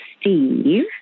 steve